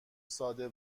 ساده